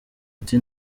ati